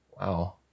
Wow